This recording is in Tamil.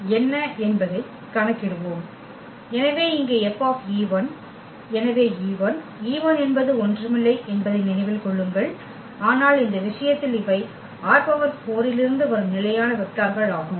எனவே இங்கே F எனவே e1 e1 என்பது ஒன்றுமில்லை என்பதை நினைவில் கொள்ளுங்கள் ஆனால் இந்த விஷயத்தில் இவை ℝ4 இலிருந்து வரும் நிலையான வெக்டார்கள் ஆகும்